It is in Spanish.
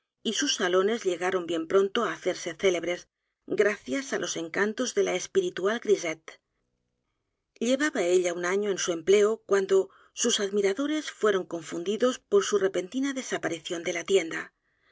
y sus salones llegaron bien pronto á hacerse célebres gracias á los encantos de la espiritual griseíte llevaba ella un año en su empleo cuando sus admiradores fueron confundidos por su repentina desaparición de la tienda el